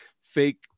fake